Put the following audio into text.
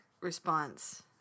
response